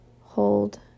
hold